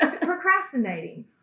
procrastinating